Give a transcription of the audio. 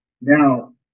now